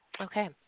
Okay